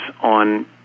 on